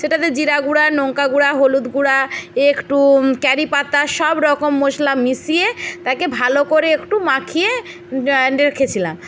সেটাতে জিরা গুঁড়ো লঙ্কা গুঁড়ো হলুদ গুঁড়ো একটু কারি পাতা সব রকম মশলা মিশিয়ে তাকে ভালো করে একটু মাখিয়ে রেখেছিলাম